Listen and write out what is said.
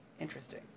Interesting